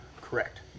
Correct